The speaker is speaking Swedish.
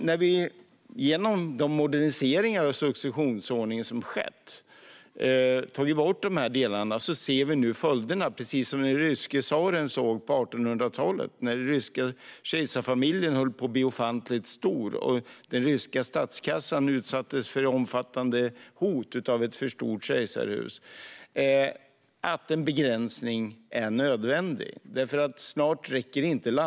När den ryske tsaren på 1800-talet såg att den ryska kejsarfamiljen växte ofantligt och att den ryska statskassan utsattes för omfattande hot av ett alltför stort kejsarhus insåg han att en begränsning var nödvändig. När vi nu ser följderna av de moderniseringar av vår successionsordning som har skett måste vi inse detsamma.